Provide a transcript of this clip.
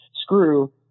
screw